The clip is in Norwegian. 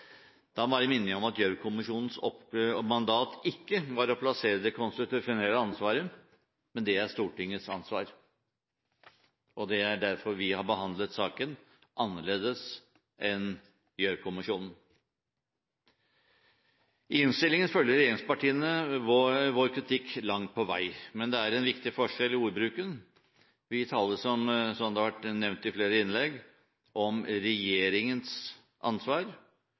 Jeg bare minner om at Gjørv-kommisjonens mandat ikke var å plassere det konstitusjonelle ansvaret, men det er Stortingets ansvar. Det er derfor vi har behandlet saken annerledes enn Gjørv-kommisjonen. I innstillingen følger regjeringspartiene vår kritikk langt på vei. Men det er en viktig forskjell i ordbruken. Vi taler – som det har vært nevnt i flere innlegg – om regjeringens ansvar.